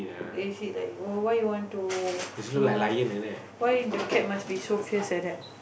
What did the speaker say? is this like to what you know why you want to you know why the cat must be so fierce like that